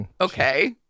Okay